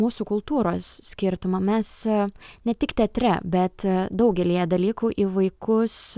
mūsų kultūros skirtumą mes ne tik teatre bet daugelyje dalykų į vaikus